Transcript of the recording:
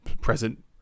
present